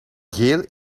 geel